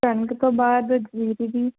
ਕਣਕ ਤੋਂ ਬਾਅਦ ਜੀਰੀ ਦੀ